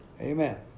Amen